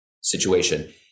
situation